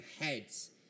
heads